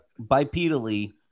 bipedally